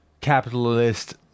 capitalist